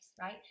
right